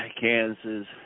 Kansas